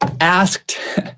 asked